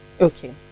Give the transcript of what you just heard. Okay